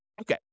Okay